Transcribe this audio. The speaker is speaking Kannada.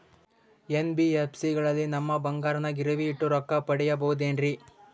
ಎನ್.ಬಿ.ಎಫ್.ಸಿ ಗಳಲ್ಲಿ ನಮ್ಮ ಬಂಗಾರನ ಗಿರಿವಿ ಇಟ್ಟು ರೊಕ್ಕ ಪಡೆಯಬಹುದೇನ್ರಿ?